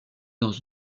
dans